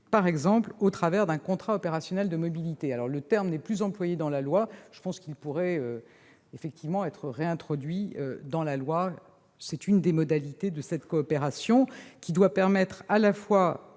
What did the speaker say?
par exemple au travers d'un contrat opérationnel de mobilité. Le terme n'est plus employé dans le projet de loi, mais je pense qu'il pourrait effectivement y être réintroduit. C'est une des modalités de cette coopération, qui doit permettre à la fois